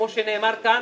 כמו שנאמר כאן,